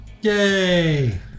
Yay